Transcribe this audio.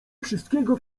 wszystkiego